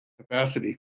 capacity